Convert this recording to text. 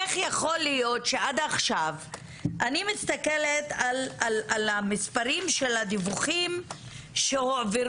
איך יכול להיות שעד עכשיו - אני מסתכלת על המספרים של הדיווחים שהועברו